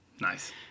Nice